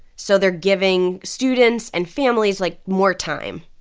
so they're giving students and families, like, more time.